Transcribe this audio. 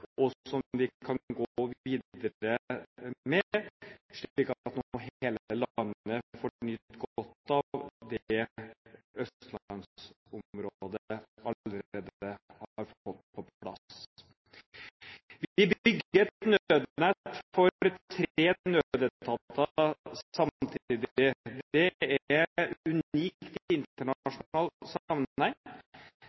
vi kan gå videre med, slik at hele landet nå får nyte godt av det østlandsområdet allerede har fått på plass. Vi bygger et nødnett for tre nødetater samtidig. Det er